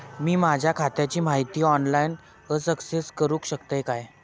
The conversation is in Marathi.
मी माझ्या खात्याची माहिती ऑनलाईन अक्सेस करूक शकतय काय?